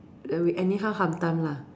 err we anyhow hantam lah